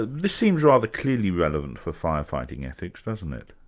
ah this seems rather clearly relevant for firefighting ethics, doesn't it?